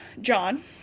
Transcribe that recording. John